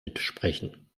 mitsprechen